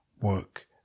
work